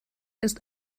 ist